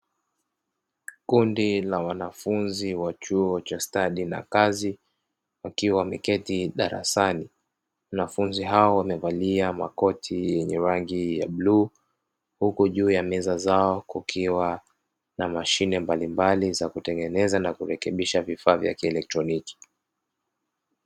Kundi la wanafunzi wa chuo cha stadi na kazi wakiwa wameketi darasani. Wanafunzi hao wamevalia makoti yenye rangi ya buluu, huku juu ya meza zao kukiwa na mashine mbalimbali za kutengeneza na kurekebisha vifaa vya kielektroniki.